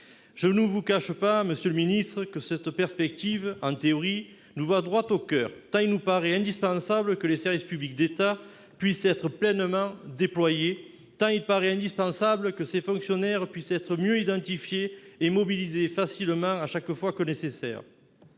Je ne vous cache pas, monsieur le ministre, que cette perspective, en théorie, nous va droit au coeur tant il nous paraît indispensable que les services publics d'État puissent être pleinement déployés et tant il nous paraît indispensable également que ces fonctionnaires puissent être mieux identifiés afin de les mobiliser facilement chaque fois que c'est nécessaire.